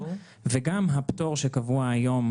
גם ההסדר שקבוע היום